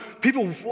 people